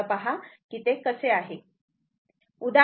फक्त पहा की ते कसे आहे